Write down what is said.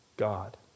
God